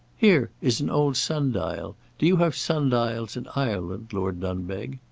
here is an old sun-dial. do you have sun-dials in ireland, lord dunbeg?